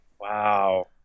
Wow